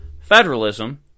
federalism